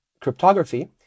cryptography